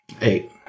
Eight